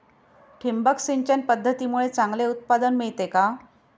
ठिबक सिंचन पद्धतीमुळे चांगले उत्पादन मिळते का?